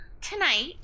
Tonight